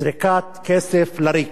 זריקת כסף לריק.